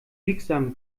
biegsamen